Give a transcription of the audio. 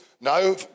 no